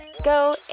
Go